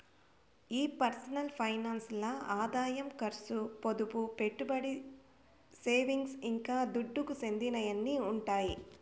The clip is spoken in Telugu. ఈ పర్సనల్ ఫైనాన్స్ ల్ల ఆదాయం కర్సు, పొదుపు, పెట్టుబడి, సేవింగ్స్, ఇంకా దుడ్డుకు చెందినయ్యన్నీ ఉండాయి